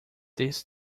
this